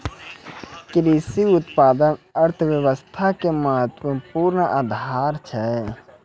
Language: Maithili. कृषि उत्पाद अर्थव्यवस्था के महत्वपूर्ण आधार छै